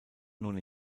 nun